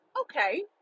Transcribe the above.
okay